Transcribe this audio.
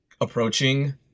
approaching